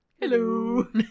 Hello